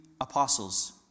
apostles